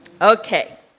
Okay